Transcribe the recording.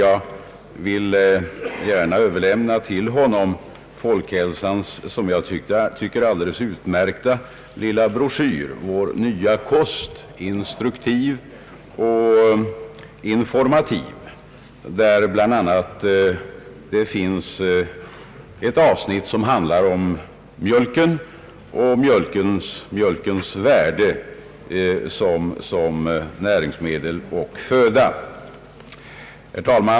Jag vill gärna överlämna till honom Folkhälsans, som jag tycker, alldeles utmärkta broschyr »Vår nya kost», som är instruktiv och informativ. Där finns bl.a. ett avsnitt som handlar om mjölken och dess värde som näringsmedel och föda.